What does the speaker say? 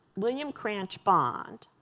william cranch bond,